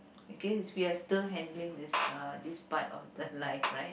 okay we're still handling this uh this part of the life right